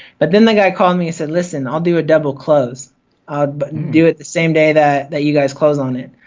but then the guy called me and said, listen i'll do a double close ah but do it the same day that that you guys close on it.